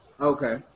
okay